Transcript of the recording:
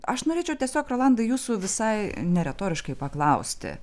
aš norėčiau tiesiog rolandai jūsų visai neretoriškai paklausti